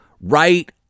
right